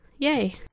Yay